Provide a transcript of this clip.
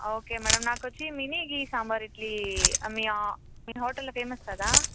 okay madam నాకొచ్చి mini ghee sambar idli మీ మీ హోటల్లో ఫేమస్ కదా